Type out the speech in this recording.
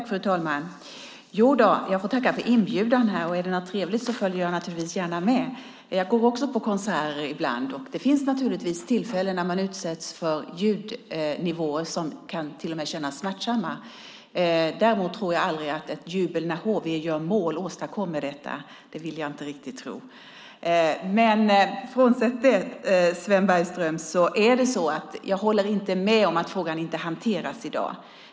Fru talman! Jag får tacka för inbjudan. Är det något trevligt följer jag naturligtvis gärna med. Jag går också på konserter ibland. Det finns naturligtvis tillfällen när man utsätts för ljudnivåer som till och med kan kännas smärtsamma. Däremot tror jag aldrig att ett jubel när HV gör mål åstadkommer detta. Det vill jag inte riktigt tro. Men frånsett det, Sven Bergström, håller jag inte med om att frågan inte hanteras i dag.